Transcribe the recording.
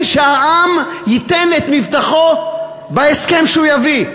שהעם ייתן את מבטחו בהסכם שהוא יביא.